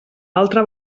altra